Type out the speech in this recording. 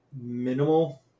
Minimal